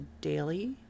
daily